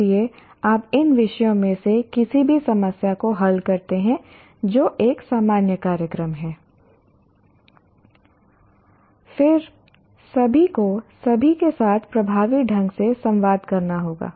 इसलिए आप इन विषयों में से किसी भी समस्या को हल करते हैं जो एक सामान्य कार्यक्रम हैI फिर सभी को सभी के साथ प्रभावी ढंग से संवाद करना होगा